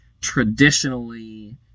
traditionally